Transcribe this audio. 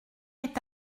est